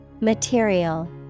Material